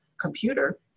computer